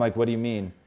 like what do you mean?